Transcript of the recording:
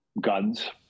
guns